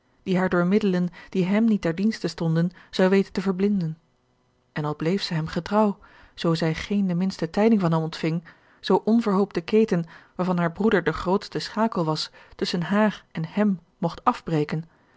die haar door middelen die hem niet ter dienste stonden zou weten te verblinden en al bleef zij hem getrouw zoo zij geen de minste tijding van hem ontving zoo onverhoopt de keten waarvan haar broeder de grootste schakel was tusschen haar en hem mogt afbreken